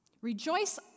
Rejoice